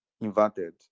inverted